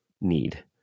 need